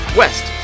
west